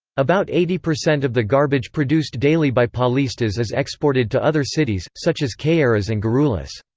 about eighty percent of the garbage produced daily by paulistas is exported to other cities, such as caieiras and guarulhos.